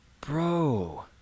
Bro